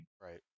Right